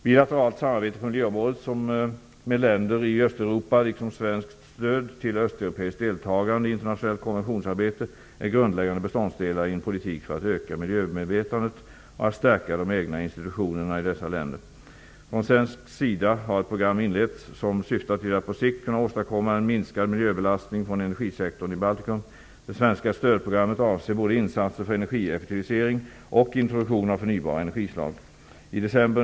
Bilateralt samarbete på miljöområdet med länder i Östeuropa, liksom svenskt stöd till östeuropeiskt deltagande i internationellt konventionsarbete, är grundläggande beståndsdelar i en politik för att öka miljömedvetandet och stärka dessa länders egna institutioner. Från svensk sida har ett program inletts som syftar till att på sikt kunna åstadkomma en minskad miljöbelastning från energisektorn i Baltikum. Det svenska stödprogrammet avser både insatser för energieffektivisering och introduktion av förnybara energislag.